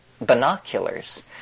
binoculars